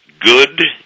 good